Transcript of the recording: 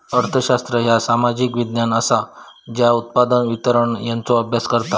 अर्थशास्त्र ह्या सामाजिक विज्ञान असा ज्या उत्पादन, वितरण यांचो अभ्यास करता